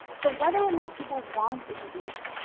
so whether or not people want to engage,